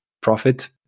profit